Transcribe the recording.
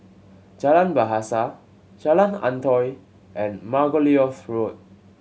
Jalan Bahasa Jalan Antoi and Margoliouth Road